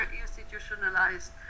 institutionalized